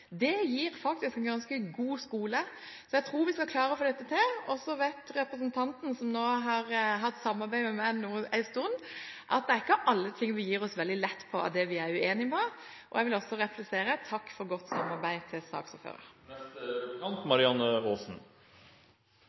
sammen, gir faktisk en ganske god skole. Så jeg tror vi skal klare å få dette til. Og så vet representanten, som nå har hatt samarbeid med meg en stund, at det ikke er alle ting vi gir oss veldig lett på av det vi er uenige om. Jeg vil også replisere til saksordføreren: Takk for godt samarbeid.